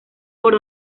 por